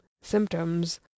symptoms